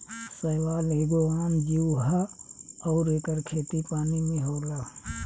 शैवाल एगो आम जीव ह अउर एकर खेती पानी में होला